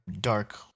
dark